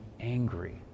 angry